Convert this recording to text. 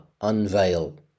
unveil